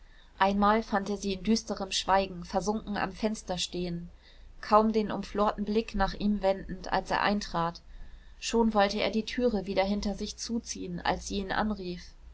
einmal fand er sie in düsterem schweigen versunken am fenster stehen kaum den umflorten blick nach ihm wendend als er eintrat schon wollte er die türe wieder hinter sich zuziehen als sie ihn anrief